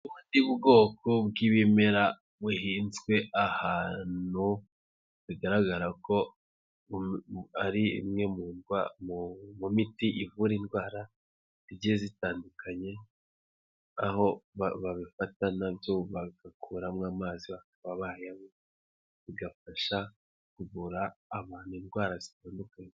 Ubu ni ubwoko bw'ibimera buhinzwe ahantu, bigaragara ko ari imwe mu miti ivura indwara zigiye zitandukanye, aho babifata na byo bagakuramo amazi bakaba bayanywa, bigafasha kuvura abantu indwara zitandukanye.